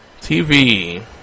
TV